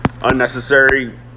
unnecessary